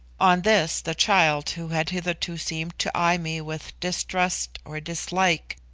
on this the child, who had hitherto seemed to eye me with distrust or dislike,